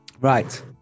right